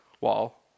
Wall